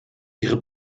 ihre